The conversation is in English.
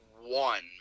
one